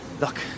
Look